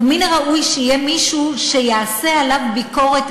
ומן הראוי שיהיה מישהו שיעשה עליו ביקורת,